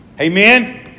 Amen